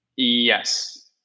Yes